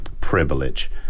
privilege